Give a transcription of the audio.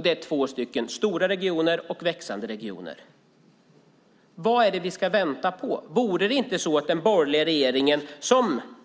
Det är två stora och växande regioner. Vad är det vi ska vänta på? Om den borgerliga regeringen